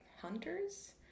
hunters